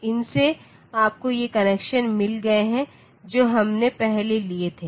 इनसे आपको ये कनेक्शन मिल गए हैं जो हमने पहले लिए थे